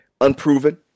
unproven